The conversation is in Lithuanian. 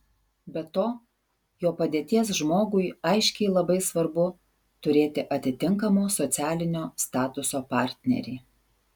be to jo padėties žmogui aiškiai labai svarbu turėti atitinkamo socialinio statuso partnerį